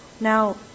Now